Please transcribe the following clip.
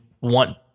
want